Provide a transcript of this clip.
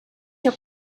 your